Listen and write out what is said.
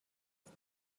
است